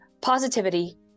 positivity